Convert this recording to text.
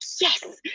yes